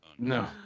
No